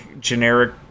generic